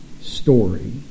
story